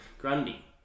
Grundy